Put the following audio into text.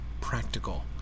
practical